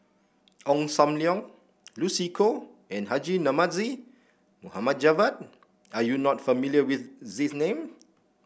Ong Sam Leong Lucy Koh and Haji Namazie Mohd Javad are you not familiar with these name